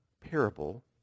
parable